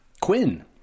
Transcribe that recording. Quinn